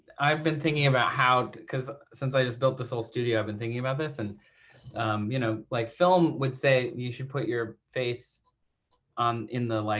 i've been thinking about how because since i just built this whole studio, i've been thinking about this. and you know like film would say you should put your face um in the like